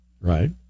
right